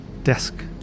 desk